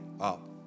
up